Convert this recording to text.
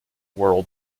world